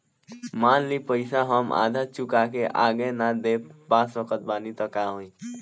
मान ली पईसा हम आधा चुका के आगे न दे पा सकत बानी त का होई?